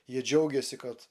jie džiaugiasi kad